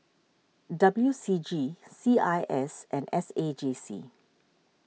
W C G C I S and S A J C